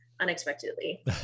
Unexpectedly